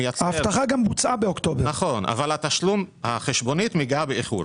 אבל החשבונית מגיעה באיחור.